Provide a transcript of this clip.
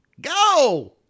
Go